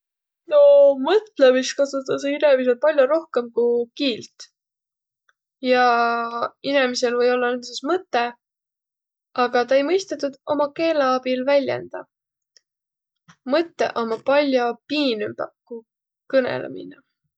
No mõtlõmist kasutasõq inemiseq pall'o rohkõmb ku kiilt. Ja inemisel või-ollaq näütüses mõtõq, aga ta ei mõistaq tuud uma keele abil välendäq. Mõttõq ommaq pall'o piinümbaq ku kõnõlõmine.